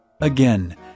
Again